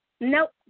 Nope